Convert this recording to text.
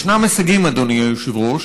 ישנם הישגים, אדוני היושב-ראש.